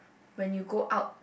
when you go out